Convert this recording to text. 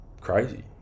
crazy